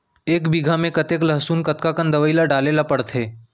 एक बीघा में कतेक लहसुन कतका कन दवई ल डाले ल पड़थे?